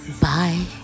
Bye